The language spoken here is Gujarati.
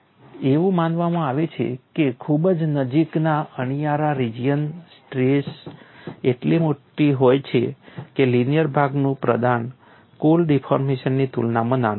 એવું માનવામાં આવે છે કે ખૂબ જ નજીકના અણીવાળા રિજિયનમાં સ્ટ્રેઇન એટલી મોટી હોય છે કે લિનિયર ભાગનું પ્રદાન કુલ ડિફોર્મેશનની તુલનામાં નાનું હોય છે